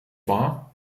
wahr